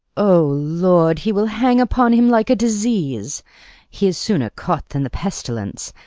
o lord, he will hang upon him like a disease he is sooner caught than the pestilence,